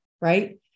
Right